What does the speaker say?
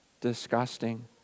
disgusting